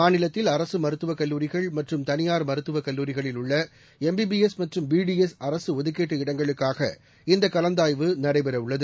மாநிலத்தில் அரசு மருத்துவக் கல்லூரிகள் மற்றும் தனியார் மருத்துவக் கல்லூரிகளில் உள்ள எம் பி பி எஸ் மற்றும் பி டி எஸ் அரசு ஒதுக்கீட்டு இடங்களுக்காக இந்த கலந்தாய்வு நடைபெற உள்ளது